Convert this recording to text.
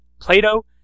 Plato